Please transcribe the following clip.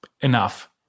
enough